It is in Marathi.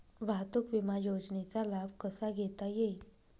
वाहतूक विमा योजनेचा लाभ कसा घेता येईल?